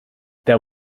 there